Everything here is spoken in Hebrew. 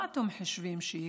מה אתם חושבים שיקרה,